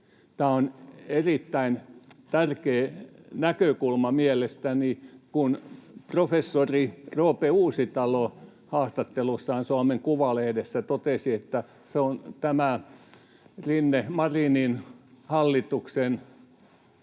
Tämä on erittäin tärkeä näkökulma mielestäni, kun professori Roope Uusitalo haastattelussaan Suomen Kuvalehdessä totesi, että se on Rinteen—Marinin hallituksen